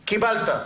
קיבלת.